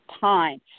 time